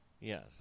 Yes